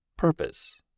purpose